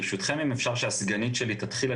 ברשותכם אם אפשר שהסגנית שלי תתחיל,